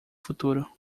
futuro